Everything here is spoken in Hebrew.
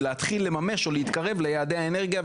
להתחיל לממש או להתקרב ליעדי האנרגיה,